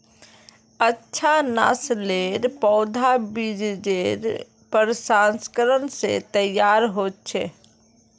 अच्छा नासलेर पौधा बिजेर प्रशंस्करण से तैयार होचे